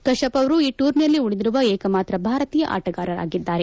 ಕಶ್ಲಪ್ ಅವರು ಈ ಟೂರ್ನಿಯಲ್ಲಿ ಉಳಿದಿರುವ ಏಕಮಾತ್ರ ಭಾರತೀಯ ಆಟಗಾರರಾಗಿದ್ದಾರೆ